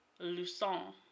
Luson